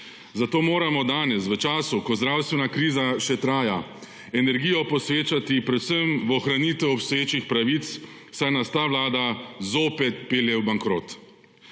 zato moramo danes, v času, ko zdravstvena kriza še traja, energijo posvečati predvsem ohranitvi obstoječih pravic, saj nas ta vlada zopet pelje v bankrot.